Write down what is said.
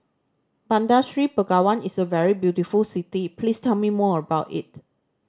Bandar Seri Begawan is a very beautiful city please tell me more about it